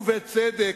ובצדק,